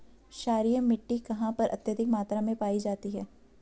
क्षारीय मिट्टी कहां पर अत्यधिक मात्रा में पाई जाती है?